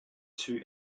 two